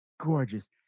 gorgeous